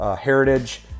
Heritage